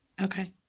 Okay